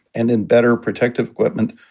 and in better protective equipment,